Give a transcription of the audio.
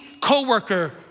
coworker